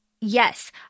Yes